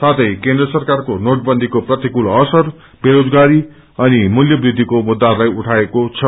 साथै केन्द्र ससरकारको नोटबन्दीको प्रतिकूल असर बेरोजगारी अनि मूल्य वृद्विको ममुद्दाहरूलाई उझाइरहेको छ